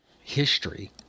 history